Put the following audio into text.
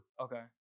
Okay